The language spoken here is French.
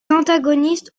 antagonistes